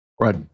Right